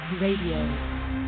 Radio